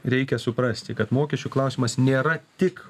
reikia suprasti kad mokesčių klausimas nėra tik